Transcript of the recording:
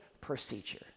procedure